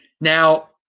now